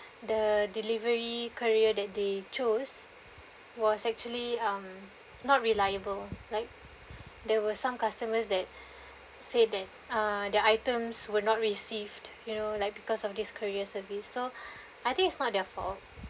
the delivery courier that they chose was actually um not reliable like there were some customers that say that uh the items were not received you know like because of this courier services so I think it's not their fault